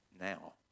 now